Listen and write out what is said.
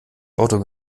auto